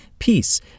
peace